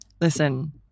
Listen